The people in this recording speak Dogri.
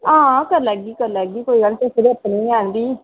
आं करी लैगी करी लैगी कोई गल्ल नेईं तुस पैह्लें अपने गै हैन भी